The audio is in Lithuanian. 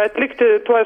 atlikti tuos